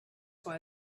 why